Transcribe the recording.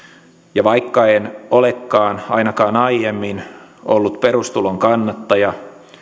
ja vaikka en olekaan ainakaan aiemmin ollut perustulon kannattaja